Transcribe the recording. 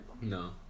No